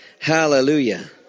Hallelujah